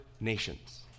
nations